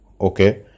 okay